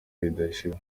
ridashira